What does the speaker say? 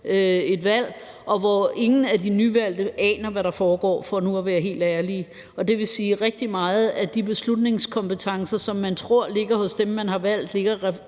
et valg, og hvor ingen af de nyvalgte aner, hvad der foregår, for nu at være helt ærlig. Det vil sige, at rigtig mange af de beslutningskompetencer, som man tror ligger hos dem, man har valgt, ligger